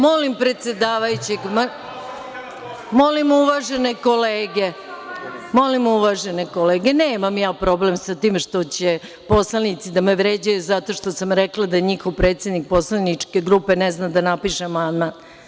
Molim predsedavajućeg, molim uvažene kolege, nemam ja problem sa tim što će poslanici da me vređaju zato što sam rekla da njihov predsednik poslaničke grupe ne zna da napiše amandman.